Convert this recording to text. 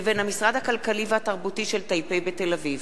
לבין המשרד הכלכלי והתרבותי של טייפיי בתל-אביב,